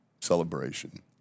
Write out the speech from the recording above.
celebration